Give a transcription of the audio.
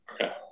Okay